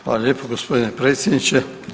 Hvala lijepo gospodine predsjedniče.